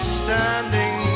standing